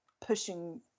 pushing